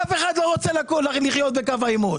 אף אחד לא רוצה לחיות בקו העימות.